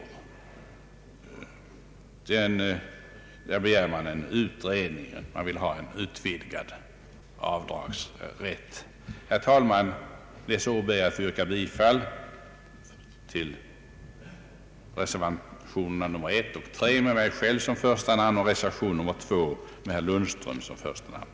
Reservanterna begär en utredning och vill ha utvidgad avdragsrätt. Herr talman! Med dessa ord ber jag att få yrka bifall till reservationerna 1 och 3, under vilka jag står som första namn, och reservation 2, där herr Lundström står som första namn.